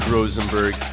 Rosenberg